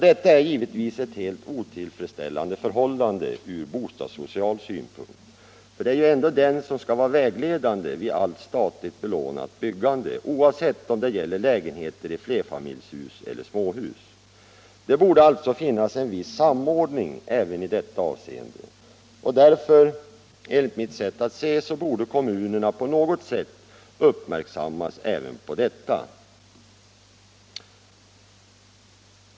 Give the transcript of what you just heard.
Detta är givetvis ett helt otillfredsställande förhållande ur bostadssocial synpunkt — och det är ju ändå den som skall vara vägledande vid statligt belånat byggande, oavsett om det gäller lägenheter i flerfamiljshus eller i småhus. Det borde alltså finnas en samordning i detta avseende. Därför borde enligt mitt sätt att se kommunerna på något sätt göras uppmärksamma även på detta.